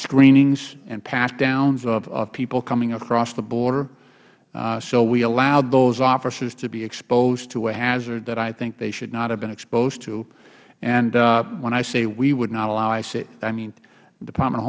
screenings and pat downs of people coming across the border so we allowed those officers to be exposed to a hazard that i think they should not have been exposed to and when i say we would not allow it the department of